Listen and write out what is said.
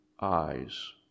eyes